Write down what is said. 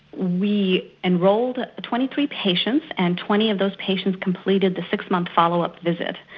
we enrolled twenty three patients and twenty of those patients completed the six month follow-up visit,